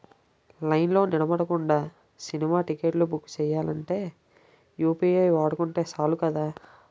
లైన్లో నిలబడకుండా సినిమా టిక్కెట్లు బుక్ సెయ్యాలంటే యూ.పి.ఐ వాడుకుంటే సాలు కదా